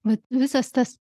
va visas tas